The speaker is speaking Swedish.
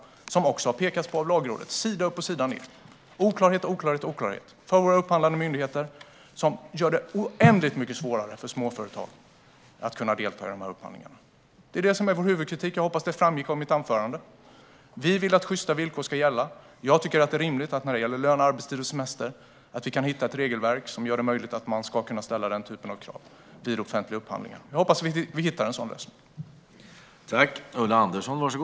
Även detta har Lagrådet pekat på. Sida upp och sida ned är det idel oklarheter för våra upphandlande myndigheter, och detta gör det oändligt mycket svårare för småföretag att delta i upphandlingarna. Det är detta som är vår huvudkritik. Jag hoppas att det framgick av mitt anförande. Vi vill att sjysta villkor ska gälla. När det gäller löner, arbetstider och semester tycker jag att det är rimligt att vi kan hitta ett regelverk som gör det möjligt att ställa den typen av krav vid offentliga upphandlingar. Jag hoppas att vi hittar en sådan lösning.